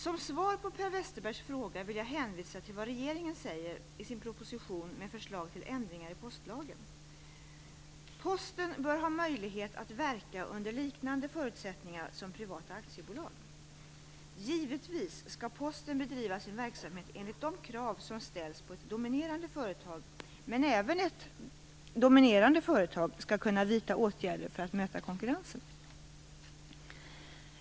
Som svar på Per Westerbergs fråga vill jag hänvisa till vad regeringen säger i sin proposition med förslag till ändringar av postlagen. Posten bör ha möjlighet att verka under liknande förutsättningar som privata aktiebolag. Givetvis skall Posten bedriva sin verksamhet enligt de krav som ställs på ett dominerande företag, men även ett dominerande företag skall kunna vidta åtgärder för att möta konkurrensen.